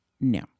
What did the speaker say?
no